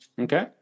okay